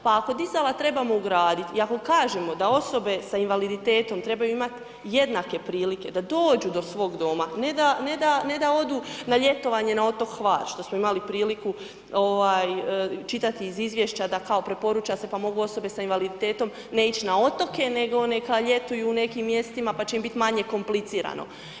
Pa, ako dizala trebamo ugraditi i ako kažemo da osobe sa invaliditetom trebaju imati jednake prilike da dođu do svog doma, ne da odu na ljetovanje na otok Hvar, što smo imali priliku čitati iz izvješća da kao preporuča se, pa mogu osobe sa invaliditetom ne ići na otoke, nego neka ljetuju u nekim mjestima pa će im biti manje komplicirano.